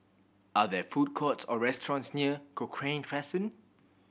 are there food courts or restaurants near Cochrane Crescent